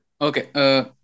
okay